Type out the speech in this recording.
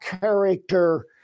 character